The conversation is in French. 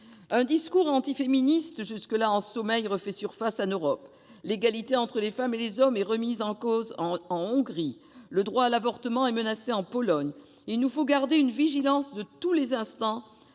Un discours antiféministe jusque-là en sommeil refait surface en Europe. L'égalité entre les femmes et les hommes est remise en cause en Hongrie, le droit à l'avortement est menacé en Pologne. Il nous faut garder une vigilance de tous les instants